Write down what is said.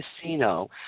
casino